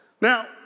Now